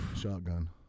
shotgun